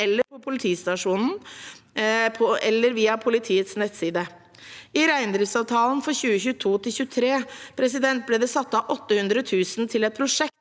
fysisk på politistasjonen eller via politiets nettside. I reindriftsavtalen 2022–2023 ble det satt av 800 000 kr til et prosjekt